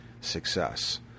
success